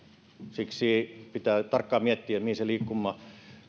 siksi pitää tarkkaan miettiä